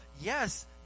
yes